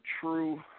true